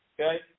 Okay